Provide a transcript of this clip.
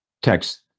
text